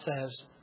says